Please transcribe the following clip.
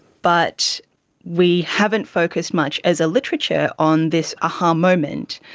but we haven't focused much as a literature on this a-ha um moment,